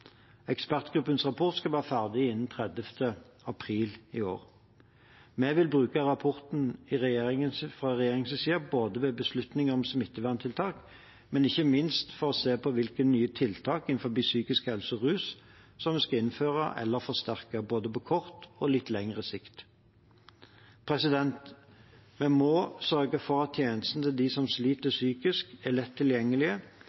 Ekspertgruppens rapport skal være ferdig innen 30. april i år. Vi vil bruke rapporten fra regjeringens side ved beslutninger om smitteverntiltak, men ikke minst for å se på hvilke nye tiltak innenfor psykisk helse og rus vi skal innføre eller forsterke både på kort og litt lengre sikt. Vi må sørge for at tjenestene til dem som sliter